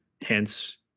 Hence